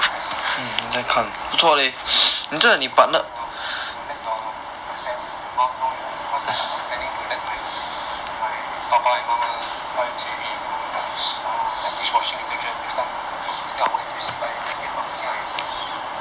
mm ya you can let your you let your your parents your mom know cause like I planning to let my my papa and mama times say eh you know got this err like dishwashing detergent next time instead of going N_T_U_C buy just get from me ah